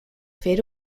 fer